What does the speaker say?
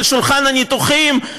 על שולחן הניתוחים,